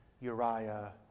Uriah